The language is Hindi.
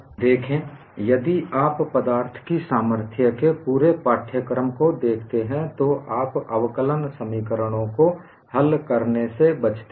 देखें यदि आप पदार्थ की सामर्थ्य के पूरे पाठ्यक्रम को देखते हैं तो आप अवकलन समीकरणों को हल करने से बचते हैं